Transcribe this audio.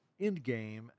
endgame